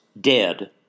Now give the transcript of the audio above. dead